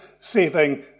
saving